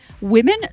women